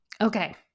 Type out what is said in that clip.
Okay